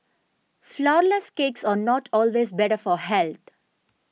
Flourless Cakes are not always better for health